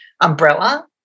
umbrella